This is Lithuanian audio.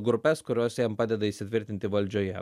grupes kurios jiem padeda įsitvirtinti valdžioje